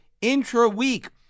intra-week